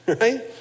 Right